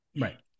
Right